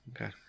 Okay